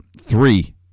three